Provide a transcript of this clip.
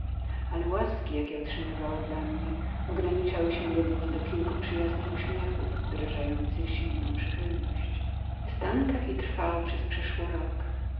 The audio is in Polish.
ale łaski jakie otrzymywała dla mnie ograniczały się jedynie na kilku przyjaźnych uśmiechach wyrażających zimną przychylność stan taki trwał przeszło przez rok